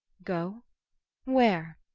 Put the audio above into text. go where?